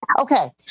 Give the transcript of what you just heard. Okay